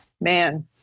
man